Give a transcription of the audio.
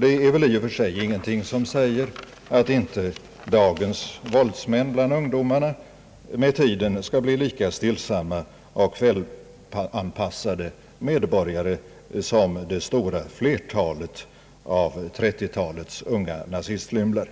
Det är väl i och för sig ingenting som säger att inte dagens våldsmän bland ungdomarna med tiden skall bli lika stillsamma och välanpassade medborgare som det stora flertalet av 1930-talets unga nazistlymlar.